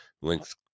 Link's